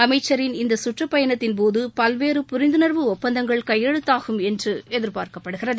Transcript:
அமைச்சரின் இந்த கற்றுப்பயணத்தின்போது பல்வேறு புரிந்துணர்வு ஒப்பந்தங்கள் கையெழுத்தாகும் என்று எதிர்பார்க்கப்படுகிறது